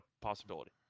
possibility